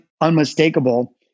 unmistakable